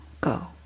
Go